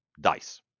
dice